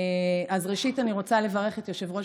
אז ראשית אני רוצה לברך את יושב-ראש